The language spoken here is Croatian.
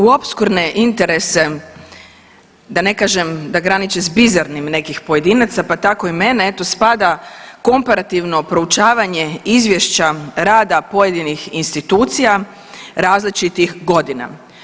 U opskurne interese da ne kažem da graniči s bizarnim nekih pojedinaca pa tako i mene eto spada komparativno proučavanje izvješća rada pojedinih institucija različitih godina.